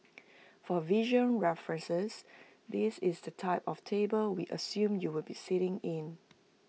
for visual reference this is the type of table we assume you will be sitting in